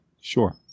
Sure